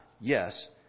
yes